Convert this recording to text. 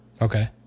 Okay